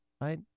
right